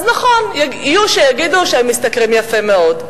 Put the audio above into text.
אז נכון, יהיו שיגידו שהם משתכרים יפה מאוד.